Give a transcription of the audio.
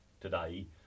today